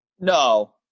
No